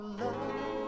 love